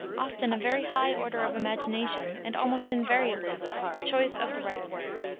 often a very high order of imagination and almost invariably the choice of the right word.